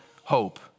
hope